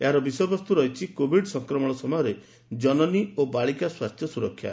ଏହାହର ବିଷୟବସ୍ତୁ ରହିଛି କୋଭିଡ୍ ସଂକ୍ରମଶ ସମୟରେ ଜନନୀ ଓ ବାଳିକା ସ୍ୱାସ୍ଥ୍ୟ ସୁରକ୍ଷା